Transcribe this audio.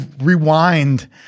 rewind